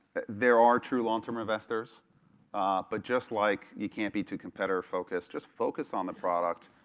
there are true long term investors but just like you can't be too competitor focused just focus on the product,